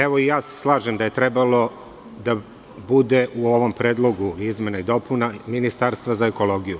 Evo i ja se slažem da je trebalo da bude u ovom Predlogu izmena i dopuna Ministarstva za ekologiju.